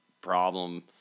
problem